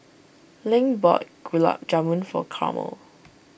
Link bought Gulab Jamun for Carmel